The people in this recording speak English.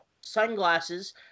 Sunglasses